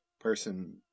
person